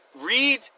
read